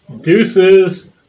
deuces